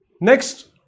Next